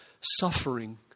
suffering